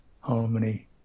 harmony